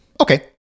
Okay